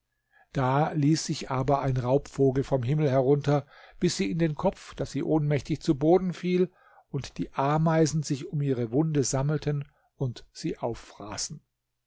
da ließ sich aber ein raubvogel vom himmel herunter biß sie in den kopf daß sie ohnmächtig zu boden fiel und die ameisen sich um ihre wunde sammelten und sie auffraßen